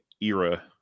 era